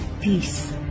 peace